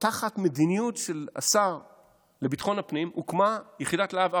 לבן גביר בוועדה וגם בכלל: לכל השרים לביטחון הפנים יש מדיניות,